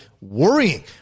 Worrying